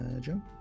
joe